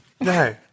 No